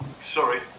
sorry